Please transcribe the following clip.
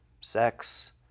sex